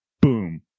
boom